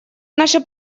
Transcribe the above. наша